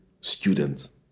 students